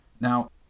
Now